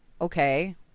okay